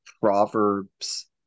proverbs